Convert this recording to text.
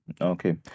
Okay